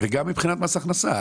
גם מבחינת מס הכנסה.